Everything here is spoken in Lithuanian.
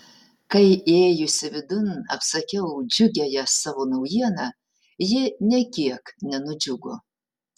kai įėjusi vidun apsakiau džiugiąją savo naujieną ji nė kiek nenudžiugo